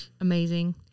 amazing